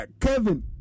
Kevin